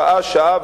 שעה-שעה,